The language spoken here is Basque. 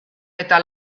eta